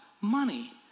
money